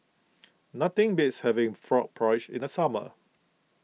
nothing beats having Frog Porridge in the summer